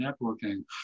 networking